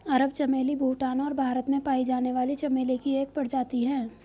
अरब चमेली भूटान और भारत में पाई जाने वाली चमेली की एक प्रजाति है